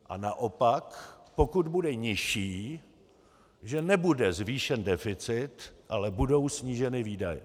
A naopak, pokud bude nižší, že nebude zvýšen deficit, ale budou sníženy výdaje.